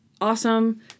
awesome